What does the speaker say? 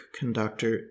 conductor